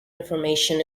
information